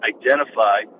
identify